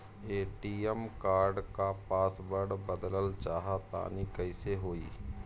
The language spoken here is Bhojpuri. ए.टी.एम कार्ड क पासवर्ड बदलल चाहा तानि कइसे होई?